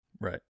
Right